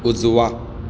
उजवा